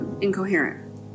incoherent